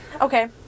okay